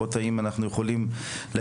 על מנת לראות האם אנחנו יכולים להגיע